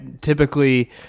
typically